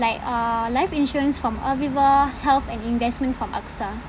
like uh life insurance from Aviva Health and investment from AXA